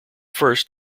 first